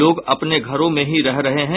लोग अपने घरों में ही रह रहे हैं